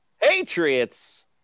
Patriots